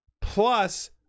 Plus